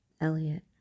Elliot